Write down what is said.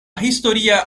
historia